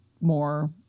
more